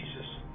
Jesus